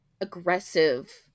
aggressive